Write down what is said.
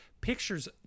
pictures